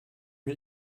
mir